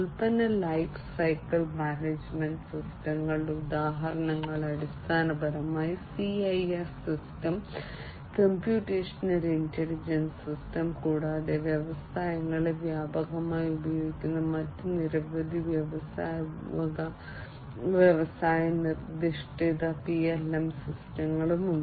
ഉൽപ്പന്ന life cycle management സിസ്റ്റങ്ങളുടെ ഉദാഹരണങ്ങൾ അടിസ്ഥാനപരമായി CIS system computational intelligent system കൂടാതെ വ്യവസായങ്ങളിൽ വ്യാപകമായി ഉപയോഗിക്കുന്ന മറ്റ് നിരവധി വ്യവസായ നിർദ്ദിഷ്ട PLM സിസ്റ്റങ്ങളും ഉണ്ട്